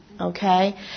okay